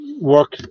work